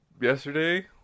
Yesterday